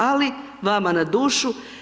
Ali vama na dušu.